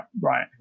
Right